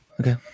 okay